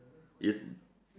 is